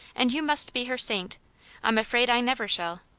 and you must be her saint i'm afraid i never shall.